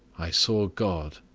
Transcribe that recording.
i saw god.